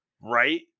Right